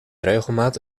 regelmaat